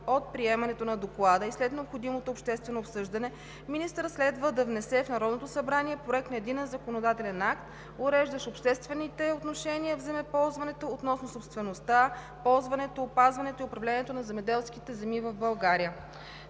от приемането на Доклада и след необходимото обществено обсъждане министърът следва да внесе в Народното събрание проект на единен законодателен акт, уреждащ обществените отношения в земеползването, относно собствеността, ползването, опазването и управлението на земеделските земи в България.